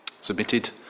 submitted